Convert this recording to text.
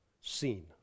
seen